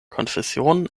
konfession